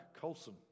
Colson